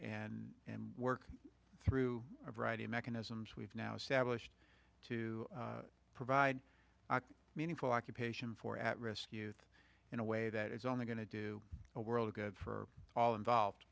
and and work through a variety of mechanisms we've now established to provide meaningful occupation for at risk youth in a way that is only going to do a world of good for all involved